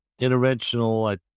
interventional